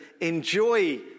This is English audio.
enjoy